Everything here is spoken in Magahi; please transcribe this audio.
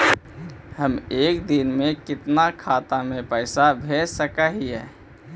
हम एक दिन में कितना खाता में पैसा भेज सक हिय?